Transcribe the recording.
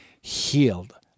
healed